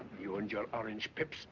you and your orange